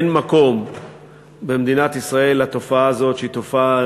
אין מקום במדינת ישראל לתופעה הזאת, שהיא תופעה